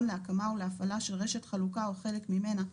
להקמה או הפעלה של רשת חלוקה או חלק ממנה,